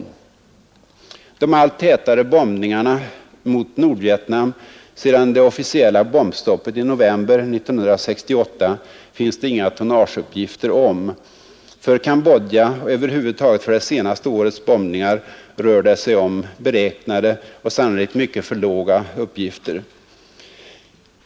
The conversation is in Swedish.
De allt tätare bombningarna mot Nordvietnam sedan det officiella bombstoppet i november 1968 finns det inga tonnageuppgifter om. För Cambodja och över huvud taget för det senaste årets bombningar rör det sig om beräknade och sannolikt mycket för låga uppgifter.